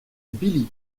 billy